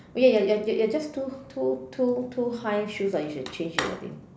okay your your your just too too too too high shoes ah you should change it I think